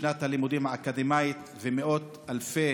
שנת הלימודים האקדמית, ומאות אלפי